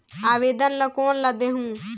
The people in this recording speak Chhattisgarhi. आवेदन ला कोन ला देहुं?